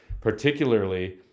particularly